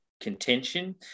contention